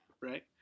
right